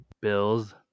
bills